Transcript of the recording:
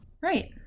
Right